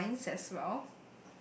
lines as well